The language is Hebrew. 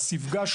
של הצפנה.